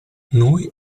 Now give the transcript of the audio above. noi